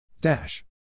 Dash